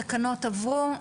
התקנות עברו,